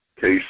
case